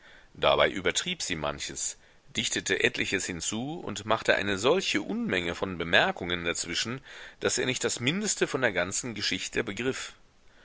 dabei übertrieb sie manches dichtete etliches hinzu und machte eine solche unmenge von bemerkungen dazwischen daß er nicht das mindeste von der ganzen geschichte begriff